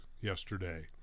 yesterday